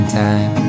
time